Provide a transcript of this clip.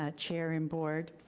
ah chair and board.